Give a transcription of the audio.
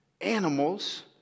animals